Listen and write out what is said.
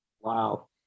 Wow